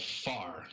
far